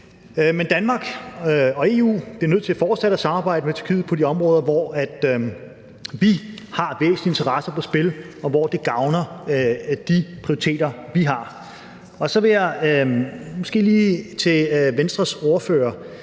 Danmark og EU bliver nødt til fortsat at samarbejde med Tyrkiet på de områder, hvor vi har væsentlige interesser på spil, og hvor det gavner de prioriteter, vi har. Så vil jeg måske lige til Venstres ordfører